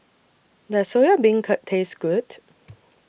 Does Soya Beancurd Taste Good